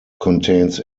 contains